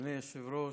אדוני היושב-ראש,